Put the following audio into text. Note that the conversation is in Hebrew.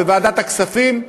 בוועדת הכספים,